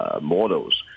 models